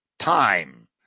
Time